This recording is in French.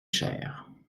cher